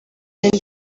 muri